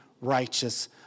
righteous